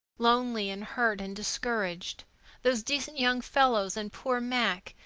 lonely and hurt and discouraged those decent young fellows and poor mac,